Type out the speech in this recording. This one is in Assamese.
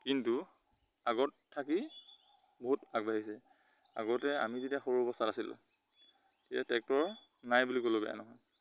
কিন্তু আগত থাকি বহুত আগবাঢ়িছে আগতে আমি যেতিয়া সৰু অৱস্থাত আছিলোঁ তেতিয়া ট্ৰেক্টৰ নাই বুলি ক'লেও বেয়া নহয়